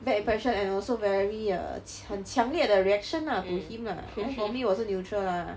bad impression and also very err 很强烈的 reaction to him lah then for me 我是 neutral lah